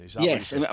Yes